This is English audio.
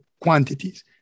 quantities